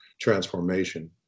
transformation